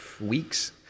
weeks